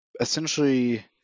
essentially